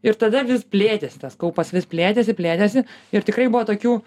ir tada vis plėtėsi tas kaupas vis plėtėsi plėtėsi ir tikrai buvo tokių